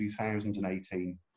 2018